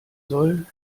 soll